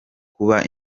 kuba